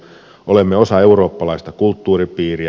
olemme osa eurooppalaista kulttuuripiiriä